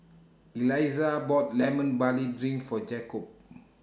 Elizah bought Lemon Barley Drink For Jakobe